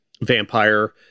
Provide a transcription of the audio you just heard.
vampire